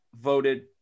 voted